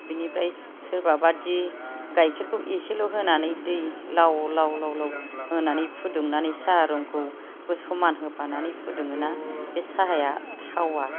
बेनिफ्राय सोरबाबादि गाइखेरखौ एसेल' होनानै दै लाव लाव होनानै फुदुंनानै साहा रंखौ समान होफानानै फुदुङो ना बे साहाया थावा